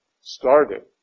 started